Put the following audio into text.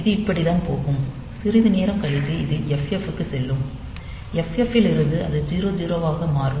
இது இப்படித்தான் போகும் சிறிது நேரம் கழித்து இது FF க்குச் செல்லும் FF ல் இருந்து அது 00 ஆக மாறும்